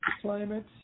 climate